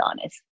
honest